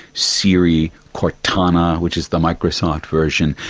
siri, cortana, which is the microsoft version,